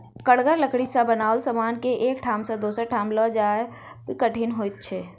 कड़गर लकड़ी सॅ बनाओल समान के एक ठाम सॅ दोसर ठाम ल जायब कठिन होइत छै